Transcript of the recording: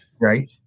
Right